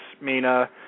Mina